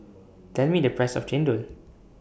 Tell Me The Price of Chendol